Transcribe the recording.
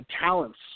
talents